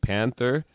Panther